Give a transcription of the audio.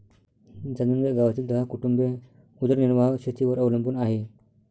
जाणून घ्या गावातील दहा कुटुंबे उदरनिर्वाह शेतीवर अवलंबून आहे